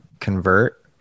convert